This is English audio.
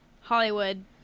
Hollywood